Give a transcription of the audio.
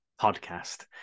Podcast